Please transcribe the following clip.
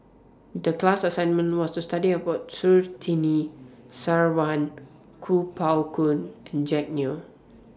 The class assignment was to study about Surtini Sarwan Kuo Pao Kun and Jack Neo